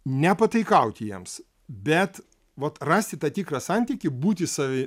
nepataikauti jiems bet vat rasti tą tikrą santykį būti savi